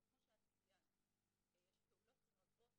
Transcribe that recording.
אבל כמו שאת ציינת יש פעולות רבות